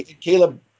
Caleb